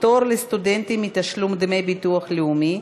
פטור לסטודנטים מתשלום דמי ביטוח לאומי),